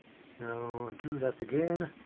so do that again.